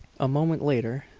a moment later,